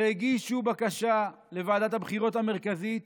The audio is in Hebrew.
שהגישה בקשה לוועדת הבחירות המרכזית